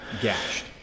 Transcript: Gashed